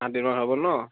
সাতদিনৰ হ'ব নহ্